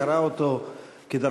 וחבר